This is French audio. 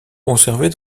conservés